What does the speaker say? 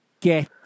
get